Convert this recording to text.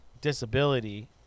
disability